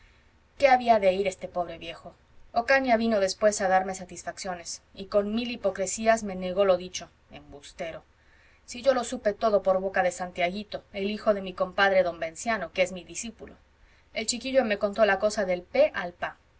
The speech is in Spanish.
qué había de ir este pobre viejo ocaña vino después a darme satisfacciones y con mil hipocresías me negó lo dicho embustero si yo lo supe todo por boca de santiaguito el hijo de mi compadre don venancio que es mi discípulo el chiquillo me contó la cosa del pe al pa